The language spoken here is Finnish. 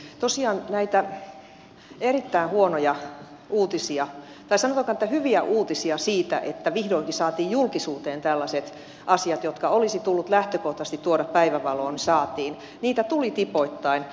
tosiaan näitä erittäin huonoja uutisia tai sanotaan että näitä hyviä uutisia siitä että vihdoinkin saatiin julkisuuteen tällaiset asiat jotka olisi tullut lähtökohtaisesti tuoda päivänvaloon tuli tipoittain